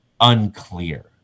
unclear